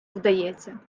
вдається